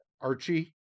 Archie